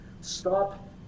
stop